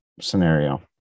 scenario